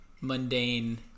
mundane